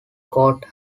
court